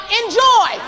enjoy